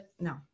no